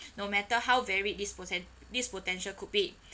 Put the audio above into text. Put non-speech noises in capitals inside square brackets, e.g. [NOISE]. [BREATH] no matter how varied this potent~ this potential could be